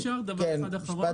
אם אפשר עוד דבר אחד אחרון,